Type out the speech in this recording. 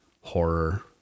horror